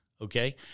Okay